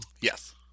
Yes